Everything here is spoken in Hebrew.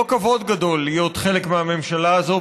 לא כבוד גדול להיות חלק מהממשלה הזו,